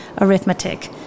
arithmetic